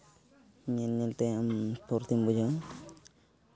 ᱧᱮᱞ ᱧᱮᱞᱛᱮ ᱟᱢ ᱯᱷᱩᱨᱛᱤᱢ ᱵᱩᱡᱷᱟᱹᱣᱟ